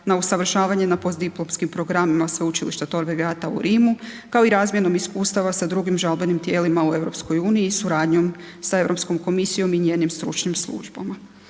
na usavršavanje na postdiplomskim programima Sveučilišta Torggata u Rimu, kao i u razmjenom iskustava sa drugim žalbenim tijelima u EU i suradnjom sa Europskom komisijom i njenim stručnim službama.